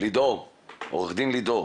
עו"ד לידור,